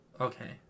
Okay